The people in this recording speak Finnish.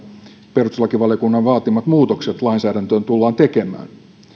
perustuslakivaliokunnan vaatimat muutokset lainsäädäntöön tullaan tekemään